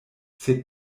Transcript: sed